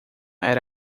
era